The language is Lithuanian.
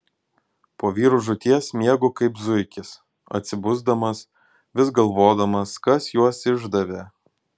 po vyrų žūties miegu kaip zuikis atsibusdamas vis galvodamas kas juos išdavė